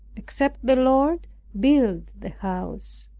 except the lord build the house.